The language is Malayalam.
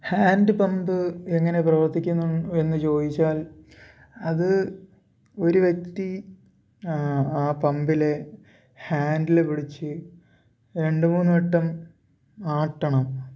ഹാൻ്റ് പമ്പ് എങ്ങനെ പ്രവർത്തിക്കുന്നു എന്നു ചോദിച്ചാൽ അത് ഒരു വ്യക്തി ആ പമ്പിലെ ഹാൻ്റിൽ പിടിച്ച് രണ്ട് മൂന്ന് വട്ടം ആട്ടണം